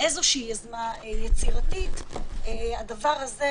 איזה יוזמה יצירתית, הדבר הזה